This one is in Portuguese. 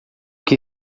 que